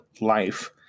life